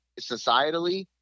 societally